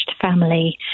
family